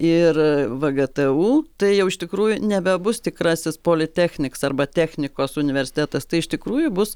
ir vgtu tai jau iš tikrųjų nebebus tikrasis politechniks arba technikos universitetas tai iš tikrųjų bus